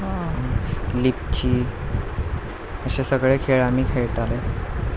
अशे सगळे खेळ आमी खेळटाले